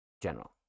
General